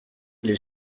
les